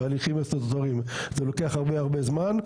בהליכים הסטטוטוריים זה לוקח הרבה זמן,